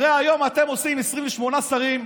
הרי היום אתם עושים 28 שרים,